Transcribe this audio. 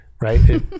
right